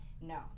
No